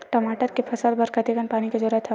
टमाटर के फसल बर कतेकन पानी के जरूरत हवय?